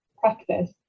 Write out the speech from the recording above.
practice